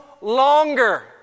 longer